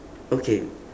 okay